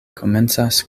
komencas